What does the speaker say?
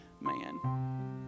man